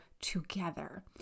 together